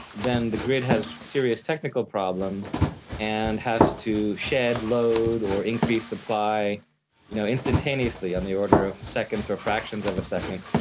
then the grid has serious technical problems and has to shed load or increase supply you know instantaneously in the order of seconds or fractions of a second.